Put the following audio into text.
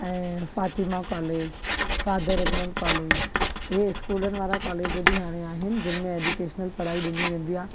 ऐं Fatima college father N L college इहे स्कूलनि वारा कालेज बि हाणे आहिनि जिनि में एड्यूकेशनल पढ़ाई ॾिनी वेंदी आहे